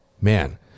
Man